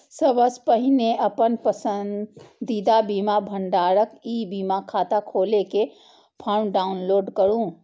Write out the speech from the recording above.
सबसं पहिने अपन पसंदीदा बीमा भंडारक ई बीमा खाता खोलै के फॉर्म डाउनलोड करू